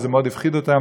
וזה מאוד הפחיד אותם,